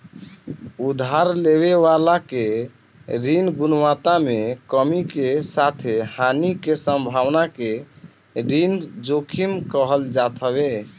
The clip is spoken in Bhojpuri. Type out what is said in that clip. उधार लेवे वाला के ऋण गुणवत्ता में कमी के साथे हानि के संभावना के ऋण जोखिम कहल जात हवे